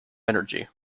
energy